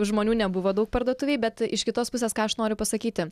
žmonių nebuvo daug parduotuvėj bet iš kitos pusės ką aš noriu pasakyti